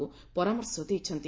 କୁ ପରାମର୍ଶ ଦେଇଛନ୍ତି